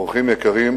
אורחים יקרים,